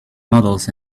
models